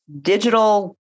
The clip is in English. digital